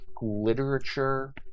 literature